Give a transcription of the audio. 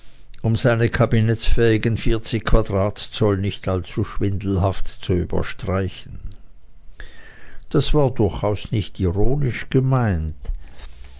um seine kabinettsfähigen vierzig quadratzoll nicht allzu schwindelhaft zu überstreichen das war durchaus nicht ironisch gemeint